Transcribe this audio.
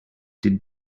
did